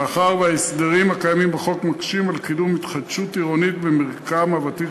מאחר שההסדרים הקיימים בחוק מקשים על קידום התחדשות עירונית במרקם הוותיק